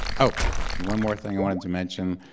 oh, one more thing i wanted to mention.